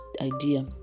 idea